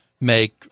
make